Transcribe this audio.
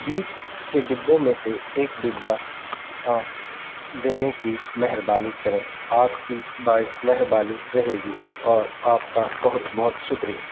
بیچ کے ڈبوں میں سے ایک ڈبہ دینے کی مہربانی کریں آپ کی بائے مہربانی رہے گی اور آپ کا بہت بہت شکریہ